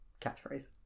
catchphrase